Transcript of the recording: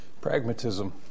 pragmatism